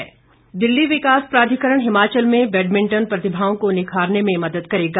badminton Delhi विकास प्राधिकरण हिमाचल में बैडमिंटन प्रतिभाओं को निखारने में मदद करेगा